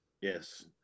Yes